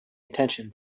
attention